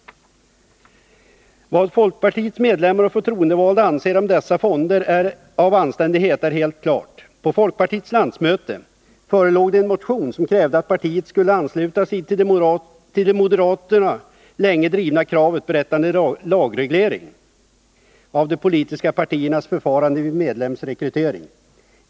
Vad folkpartiets medlemmar och förtroendevalda anser om dessa fonder av anständighet är helt klart. På folkpartiets landsmöte förelåg det en motion som krävde att partiet skulle ansluta sig till det av moderaterna länge drivna kravet beträffande lagreglering av de politiska partiernas förfarande vid medlemsrekrytering.